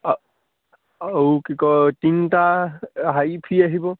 অঁ আৰু কি কয় তিনিটা হেৰি ফ্ৰী আহিব